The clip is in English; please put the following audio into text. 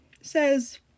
says